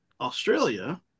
Australia